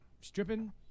stripping